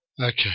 Okay